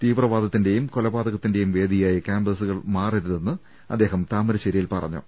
തീവ്രവാദത്തിന്റെയും കൊലപാതകത്തിന്റെയും വേദിയായി ക്യാമ്പസുകൾ മാറരുതെന്ന് അദ്ദേഹം താമ രശ്ശേരിയിൽ പറഞ്ഞു